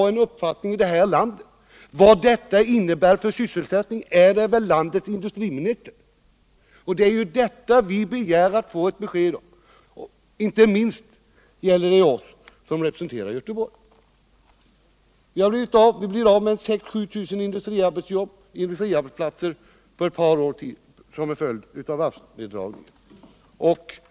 Om någon i detta land skall ha en uppfattning om vad denna affär innebär för sysselsättningen är det väl landets industriminister. Detta begär vi att få ett besked om, inte minst vi som representerar Göteborg. Göteborg blir av med 6 000-7 000 industriarbetsplatser såsom en följd av varvsnedläggningen.